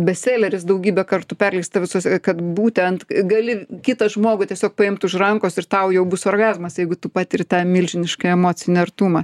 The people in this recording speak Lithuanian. bestseleris daugybę kartų perleista visus kad būtent gali kitą žmogų tiesiog paimt už rankos ir tau jau bus orgazmas jeigu tu patiri tą milžinišką emocinį artumą